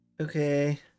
Okay